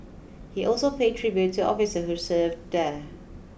he also paid tribute to officer who served there